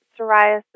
Psoriasis